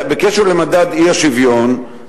בקשר למדד האי-שוויון,